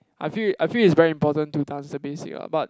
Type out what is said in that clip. I feel I feel is very important to dance the basic lah but